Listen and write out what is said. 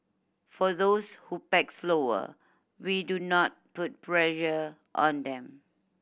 for those who pack slower we do not put pressure on them